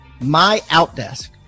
MyOutDesk